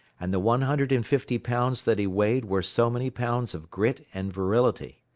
and the one hundred and fifty pounds that he weighed were so many pounds of grit and virility.